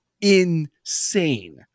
insane